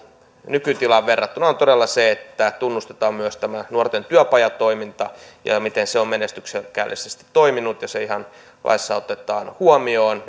nykytilaan verrattuna on todella se että tunnustetaan myös tämä nuorten työpajatoiminta ja se miten se on menestyksekkäästi toiminut ja se ihan laissa otetaan huomioon